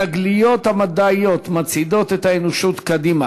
התגליות המדעיות מצעידות את האנושות קדימה.